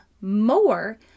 more